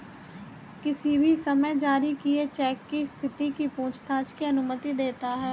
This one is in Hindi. किसी भी समय जारी किए चेक की स्थिति की पूछताछ की अनुमति देता है